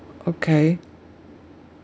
okay